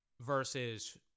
versus